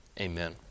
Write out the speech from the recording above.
Amen